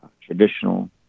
traditional